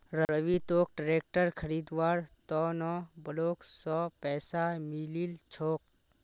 रवि तोक ट्रैक्टर खरीदवार त न ब्लॉक स पैसा मिलील छोक